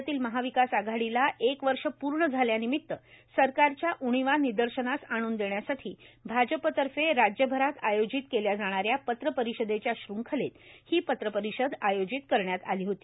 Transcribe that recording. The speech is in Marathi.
राज्यातील महाविकास आघाडीला एक वर्ष प्र्ण झाल्यानिमित सरकारच्या उणीवा निदर्शनास आणून देण्यासाठी भाजपतर्फे राज्यभरात आयोजित केल्या जाणा या पत्रपरिषदेच्या श्रृंखलेत ही पत्रपरिषद आयोजित करण्यात आली होती